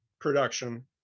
production